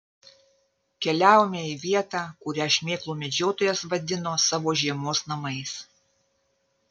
keliavome į vietą kurią šmėklų medžiotojas vadino savo žiemos namais